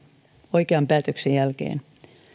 oikean päätöksen jälkeen